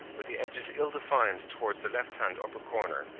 with the edges ill-defined towards the left-hand upper corner,